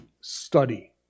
study